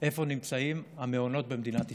איפה נמצאים המעונות במדינת ישראל.